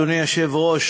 אדוני היושב-ראש,